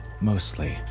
mostly